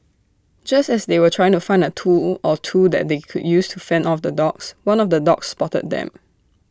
just as they were trying to find A tool or two that they could use to fend off the dogs one of the dogs spotted them